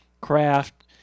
craft